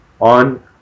on